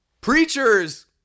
Preachers